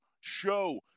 show